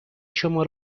شما